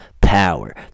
power